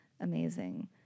amazing